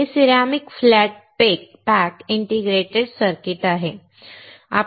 हे ceramic flat pack integrated circuit आहे